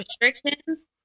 restrictions